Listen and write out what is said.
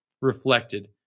reflected